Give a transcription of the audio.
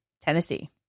Tennessee